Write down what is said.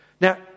Now